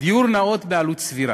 דיור נאות בעלות סבירה.